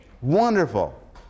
wonderful